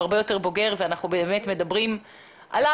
הרבה יותר בוגר ואנחנו באמת מדברים עליו.